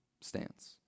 stance